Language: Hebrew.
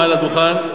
מעל הדוכן,